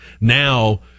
Now